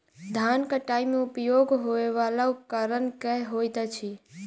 धान कटाई मे उपयोग होयवला उपकरण केँ होइत अछि?